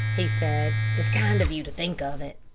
he said. it's kind of you to think of it.